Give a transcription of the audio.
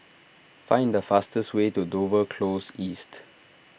find the fastest way to Dover Close East